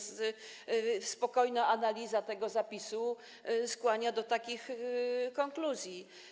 Spokojna analiza tego zapisu skłania do takich konkluzji.